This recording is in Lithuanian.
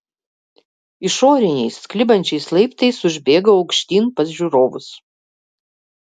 išoriniais klibančiais laiptais užbėgau aukštyn pas žiūrovus